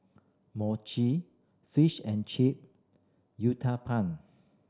Mochi Fish and Chip Uthapam